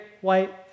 white